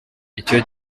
icyo